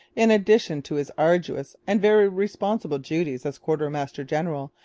in addition to his arduous and very responsible duties as quartermaster-general,